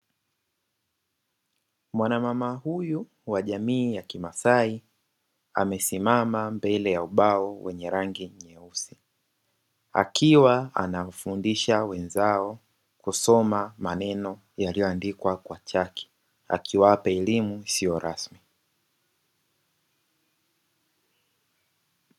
Mwana mama huyu wa jamii ya kimaasai, amesimama mbele ya ubao wenye rangi nyeusi. Akiwa anafundisha wenzao kusoma maneno yaliyoandikwa kwa chaki, akiwapa elimu isiyo rasmi.